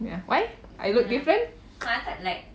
ya why I look different